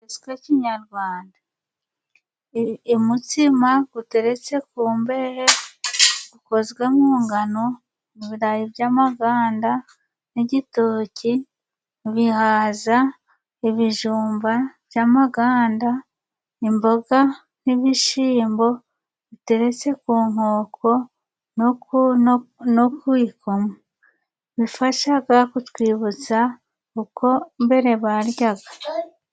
Bitetswe Kinyarwanda. Umutsima guteretse ku mbehe gukozwe mu ngano mu birayi by'amaganda, n'igitoki , ibihaza, ibijumba by'amaganda , imboga n'ibishimbo biteretse ku nkoko no ku ikoma . Bifashaga kutwibutsa uko mbere baryaga.